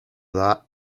that